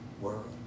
world